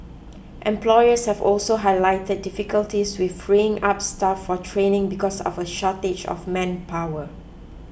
employers have also highlighted difficulties with freeing up staff for training because of a shortage of manpower